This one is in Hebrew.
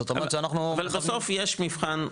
זאת אומרת שאנחנו --- אבל בסוף יש מבחן האמת,